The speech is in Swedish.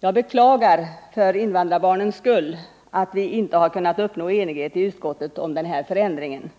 Jag beklagar — för invandrarbarnens skull — att vi inte har kunnat uppnå enighet i utskottet om den här förändringen.